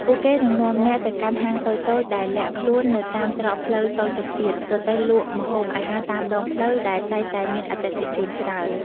ពួកគេនឹងនាំអ្នកទៅកាន់ហាងតូចៗដែលលាក់ខ្លួននៅតាមច្រកផ្លូវតូចចង្អៀត រទេះលក់ម្ហូបអាហារតាមដងផ្លូវដែលតែងតែមានអតិថិជនច្រើន